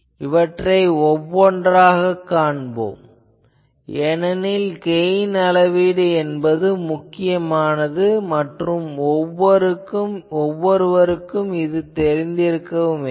இவற்றை ஒவ்வொன்றாகக் காண்போம் ஏனெனில் கெயின் அளவீடு என்பது முக்கியமானது மற்றும் ஒவ்வொருவருக்கும் தெரிந்திருக்க வேண்டும்